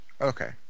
Okay